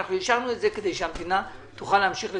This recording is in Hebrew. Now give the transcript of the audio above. כדי שהמדינה תוכל להמשיך לתפקד.